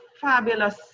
fabulous